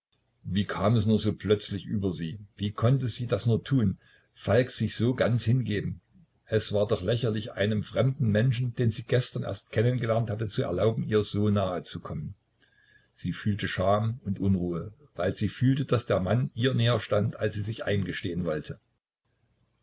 wie kam es nur so plötzlich über sie wie konnte sie nur das tun falk sich so ganz hingeben es war doch lächerlich einem fremden menschen den sie gestern erst kennen gelernt hatte zu erlauben ihr so nahe zu kommen sie fühlte scham und unruhe weil sie fühlte daß der mann ihr näher stand als sie sich eingestehen wollte